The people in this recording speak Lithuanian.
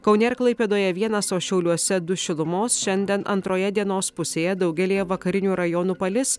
kaune ir klaipėdoje vienas o šiauliuose du šilumos šiandien antroje dienos pusėje daugelyje vakarinių rajonų palis